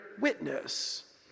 witness